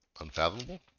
Unfathomable